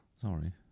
Sorry